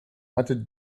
hatte